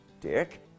dick